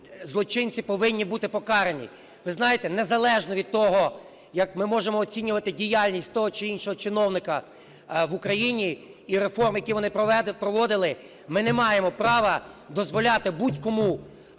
злочинці повинні бути покарані. Ви знаєте, незалежно від того, як ми можемо оцінювати діяльність того чи іншого чиновника в Україні і реформи, які вони проводили, ми не маємо права дозволяти будь-кому